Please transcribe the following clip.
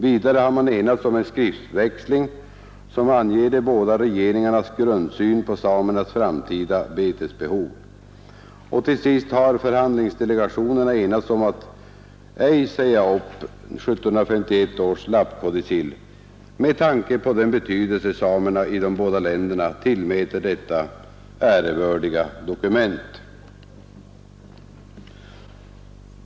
Vidare har man enats om en skriftväxling som anger de båda regeringarnas grundsyn på samernas framtida betesbehov. Och till sist har förhandlingsdelegationerna enats om att ej säga upp 1751 års lappkodicill med tanke på den betydelse samerna i båda länderna tillmäter detta ärevördiga dokument.